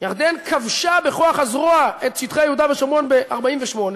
ירדן כבשה בכוח הזרוע את שטחי יהודה ושומרון ב-48',